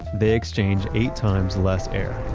they exchange eight times less air.